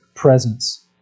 presence